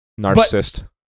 Narcissist